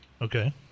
Okay